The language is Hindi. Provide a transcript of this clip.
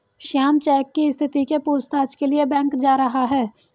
श्याम चेक की स्थिति के पूछताछ के लिए बैंक जा रहा है